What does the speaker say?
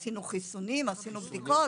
עשינו חיסונים, עשינו בדיקות.